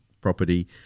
property